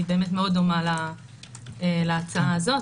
היא באמת מאוד דומה להצעה הזאת,